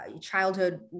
childhood